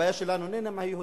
הבעיה שלנו איננה עם היהודים,